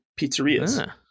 pizzerias